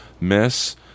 Miss